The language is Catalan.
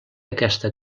aquesta